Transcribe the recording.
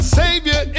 savior